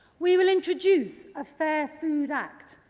we will introduce a fair food act.